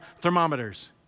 thermometers